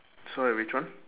sorry which one